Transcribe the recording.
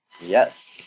Yes